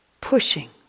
pushing